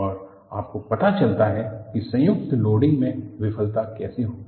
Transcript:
और आपको पता चलता है कि संयुक्त लोडिंग में विफलता कैसे होगी